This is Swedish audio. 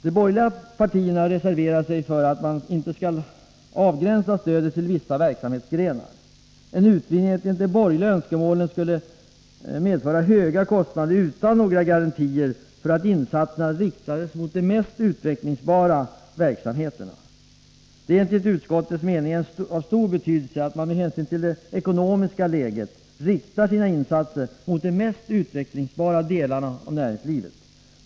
De borgerliga partierna reserverar sig för att man inte skall avgränsa stödet till vissa verksamhetsgrenar. En utvidgning enligt de borgerliga önskemålen skulle medföra höga kostnader utan några garantier för att insatserna riktades mot de mest utvecklingsbara verksamheterna. Det är enligt utskottets mening av stor betydelse att man med hänsyn till det ekonomiska läget riktar sina insatser mot de mest utvecklingsbara delarna av näringslivet.